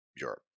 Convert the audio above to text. Europe